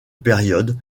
période